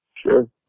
Sure